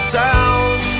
down